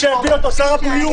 הופיע פה שר הבריאות,